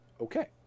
Okay